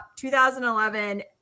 2011